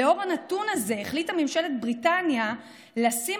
לנוכח נתון זה החליטה ממשלת בריטניה לשים